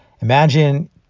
imagine